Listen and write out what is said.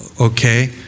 okay